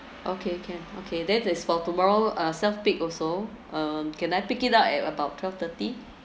okay can okay then it's for tomorrow uh self pick also um can I pick it up at about twelve thirty